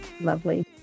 Lovely